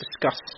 discuss